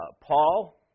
Paul